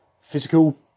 physical